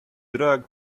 drug